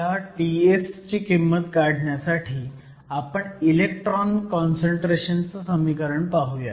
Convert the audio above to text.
ह्या Ts ची किंमत काढण्यासाठी आपण इलेक्ट्रॉन काँसंट्रेशन चं समीकरण पाहुयात